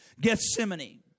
Gethsemane